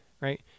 right